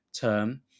term